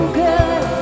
good